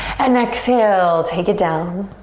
and exhale, take it down.